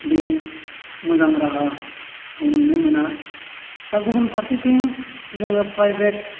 बे मोजां राहा खुंनो मोना दा गुबुन फारसेथिं जोङो प्राइभेट